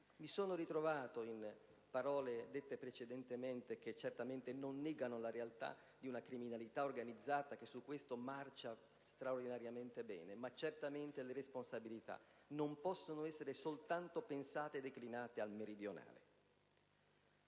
Mi sono ritrovato in parole dette precedentemente, che certo non negano la realtà di una criminalità organizzata che su questo marcia straordinariamente bene: ma le responsabilità non possono essere pensate e declinate soltanto al meridionale.